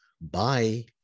bye